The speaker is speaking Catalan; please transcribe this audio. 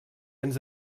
ens